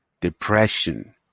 Depression